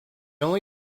only